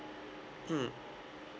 mm